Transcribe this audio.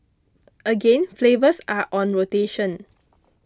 again flavours are on rotation